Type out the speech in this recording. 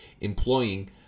employing